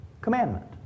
commandment